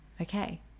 okay